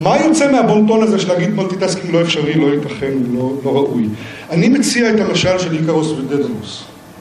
מה יוצא מהבונטון הזה של להגיד מולטיטסקינג לא אפשרי, לא יתכן ולא ראוי? אני מציע את המשל של איקאוס ודדלוס.